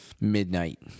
midnight